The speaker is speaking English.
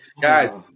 guys